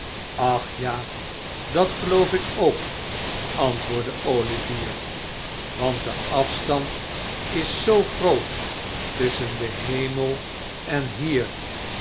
ach ja dat geloof ik ook antwoordde olivier want de afstand is zoo groot tusschen den hemel en hier